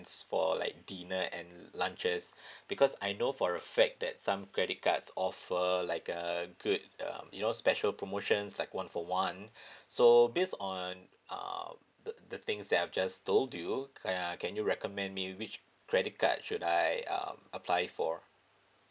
for like dinner and lunches because I know for a fact that some credit cards offer like uh good um you know special promotions like one for one so based on uh the the things that I just told you can ya can you recommend me which credit card should I um apply for